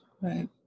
Right